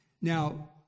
Now